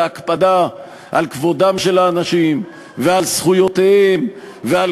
בהקפדה על כבודם של האנשים ועל זכויותיהם ועל